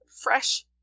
fresh